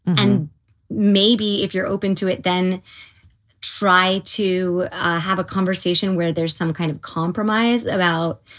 and maybe if you're open to it then try to have a conversation where there's some kind of compromise about,